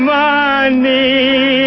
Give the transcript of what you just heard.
money